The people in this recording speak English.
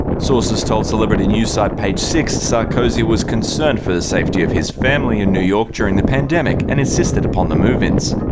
sources told celebrity news site page six, sarkozy was concerned for the safety of his family in new york during the pandemic and insisted upon the move-ins.